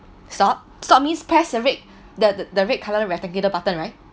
stop stop means passed the red the the red color rectangular button right